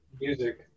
Music